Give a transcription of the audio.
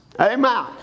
Amen